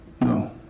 no